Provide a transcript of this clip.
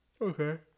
Okay